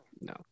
no